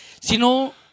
...sino